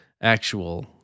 actual